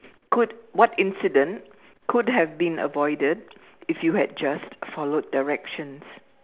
could what incident could have been avoided if you had just followed directions